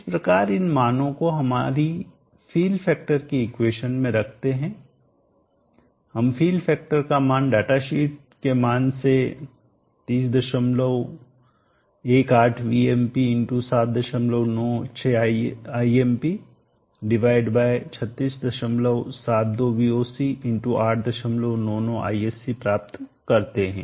इस प्रकार इन मानों को हमारी फील फैक्टर की इक्वेशन में रखते हैं हम फील फैक्टर का मान डाटा शीट के मान से 3018Vmp 796Imp divide by 3672Voc 899 Isc प्राप्त करते हैं